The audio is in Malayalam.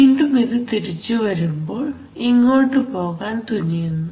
വീണ്ടും ഇത് തിരിച്ചു വരുമ്പോൾ ഇങ്ങോട്ട് പോകാൻ തുനിയുന്നു